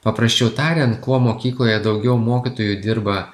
paprasčiau tariant kuo mokykloje daugiau mokytojų dirba